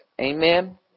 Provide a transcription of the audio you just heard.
Amen